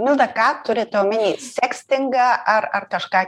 milda ką turite omeny sekstingą ar ar kažką